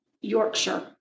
Yorkshire